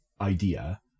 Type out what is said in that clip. idea